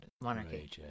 monarchy